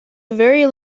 very